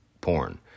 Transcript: porn